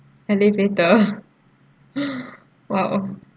elevator !wow!